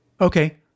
Okay